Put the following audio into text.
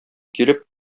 килеп